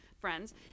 friends